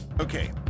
Okay